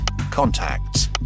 contacts